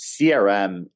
CRM